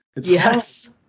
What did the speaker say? yes